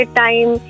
time